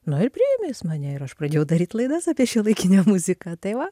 nu ir priėmė jis mane ir aš pradėjau daryt laidas apie šiuolaikinę muziką tai va